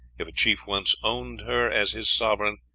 if a chief once owned her as his sovereign,